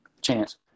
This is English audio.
chance